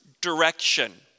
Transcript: direction